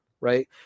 right